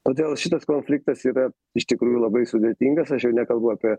todėl šitas konfliktas yra iš tikrųjų labai sudėtingas aš jau nekalbu apie